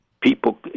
People